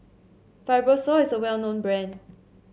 Fibrosol is a well known brand